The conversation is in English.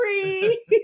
free